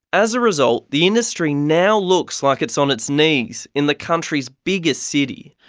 as a result, the industry now looks like it's on its knees in the country's biggest city.